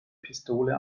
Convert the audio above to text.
pistole